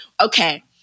okay